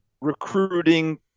recruiting